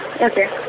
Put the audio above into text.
Okay